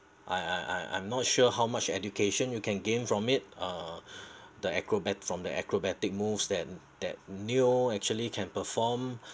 I I I'm not sure how much education you can gain from it uh the acrobats from the acrobatic moves then that neo actually can perform